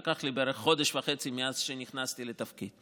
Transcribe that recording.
זה לקח לי בערך חודש וחצי מאז שנכנסתי לתפקיד.